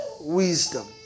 wisdom